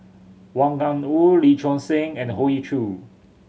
Wang Gungwu Lee Choon Seng and Hoey Choo